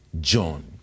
John